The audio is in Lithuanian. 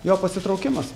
jo pasitraukimas